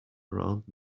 around